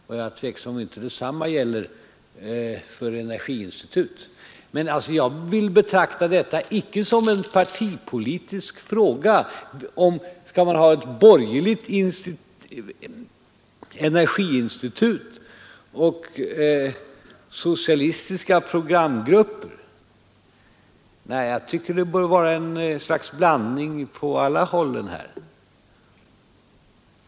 Jag är tveksam huruvida inte detsamma gäller för energiinstitutet. Men jag vill icke betrakta detta som en partipolitisk fråga. Skall man ha ett borgerligt energiinstitut och socialistiska programgrupper? Nej, jag tycker det bör vara en blandning från alla håll här.